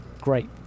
great